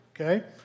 Okay